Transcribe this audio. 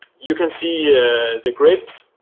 you can see the grid,